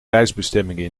reisbestemmingen